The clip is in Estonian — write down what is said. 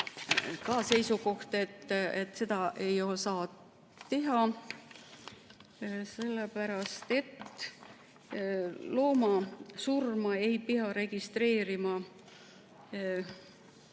ka seisukoht, et seda ei saa teha, sellepärast et looma surma ei pea registreerima